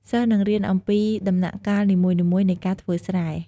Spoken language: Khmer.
សិស្សនឹងរៀនអំពីដំណាក់កាលនីមួយៗនៃការធ្វើស្រែ។